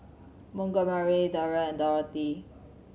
Montgomery Deryl and Dorothy